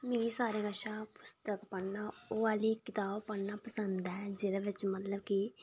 मिगी सारें कशा पुस्तक पढ़ना ओह् आह्ली कताब पढ़ना पसंद ऐ जेह्दे बिच मतलब कि